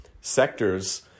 sectors